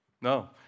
No